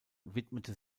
widmete